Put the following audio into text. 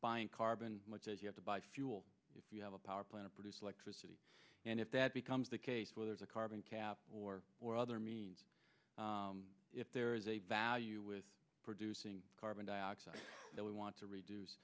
buying carbon much as you have to buy fuel if you have a power plant to produce electricity and if that becomes the case where there's a carbon cap or or other means if there is a value with producing carbon dioxide that we want to reduce